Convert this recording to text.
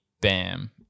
bam